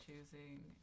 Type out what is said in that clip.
choosing